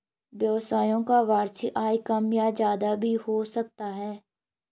व्यवसायियों का वार्षिक आय कम या ज्यादा भी हो सकता है